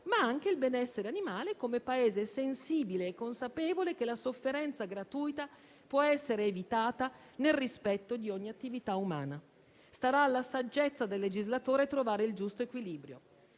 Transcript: ma anche il benessere animale come Paese sensibile e consapevole che la sofferenza gratuita può essere evitata nel rispetto di ogni attività umana. Starà alla saggezza del legislatore trovare il giusto equilibrio.